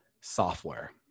software